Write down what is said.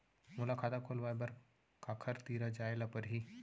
मोला खाता खोलवाय बर काखर तिरा जाय ल परही?